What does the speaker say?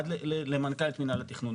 הגיע עד למנכ"לית מינהל התכנון,